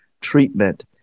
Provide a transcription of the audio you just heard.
treatment